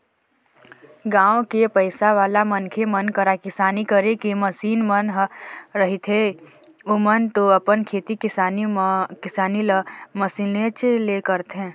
गाँव के पइसावाला मनखे मन करा किसानी करे के मसीन मन ह रहिथेए ओमन तो अपन खेती किसानी ल मशीनेच ले करथे